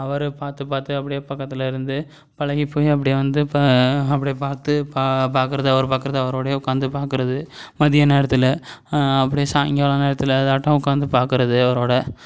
அவர் பார்த்து பார்த்து அப்படியே பக்கத்தில் இருந்து பழகி போய் அப்படியே வந்து இப்போ அப்படியே பார்த்து பா பார்க்கறது அவர் பார்க்கறது அவரோடையே உட்காந்து பார்க்கறது மதிய நேரத்தில் அப்படியே சாயங்காலோம் நேரத்தில் இதாட்டம் உட்காந்து பார்க்கறது அவரோட